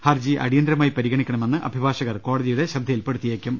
ഹർജി അടിയന്തിരമായി പരിഗണിക്കണമെന്ന് അഭിഭാഷകർ കോടതിയുടെ ശ്രദ്ധയിൽപ്പെടുത്തിയേക്കും